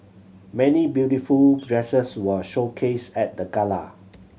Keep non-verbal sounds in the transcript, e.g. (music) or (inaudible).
many beautiful (noise) dresses were showcased at the gala